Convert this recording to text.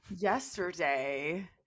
Yesterday